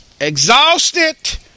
Exhausted